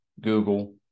Google